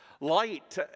Light